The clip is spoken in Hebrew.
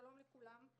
שלום לכולם.